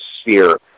sphere